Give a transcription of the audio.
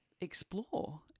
explore